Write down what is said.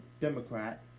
Democrat